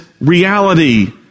reality